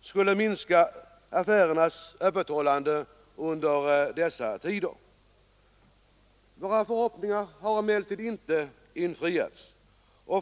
skulle minska affärernas öppethållande under dessa tider. Våra förhoppningar har emellertid inte infriats.